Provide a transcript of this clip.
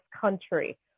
country